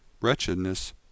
Wretchedness